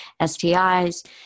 STIs